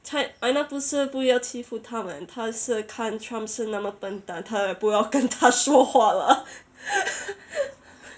china 不是不要欺负他们他是看 trump 是那么笨蛋他不要跟他说话了